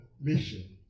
mission